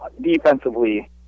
defensively